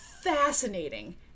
fascinating